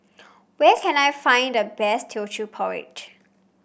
where can I find the best Teochew Porridge